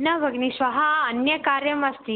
न भगिनि श्वः अन्यं कार्यम् अस्ति